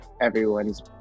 everyone's